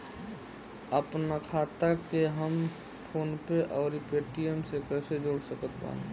आपनखाता के हम फोनपे आउर पेटीएम से कैसे जोड़ सकत बानी?